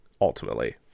ultimately